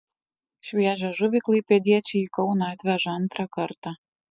šviežią žuvį klaipėdiečiai į kauną atveža antrą kartą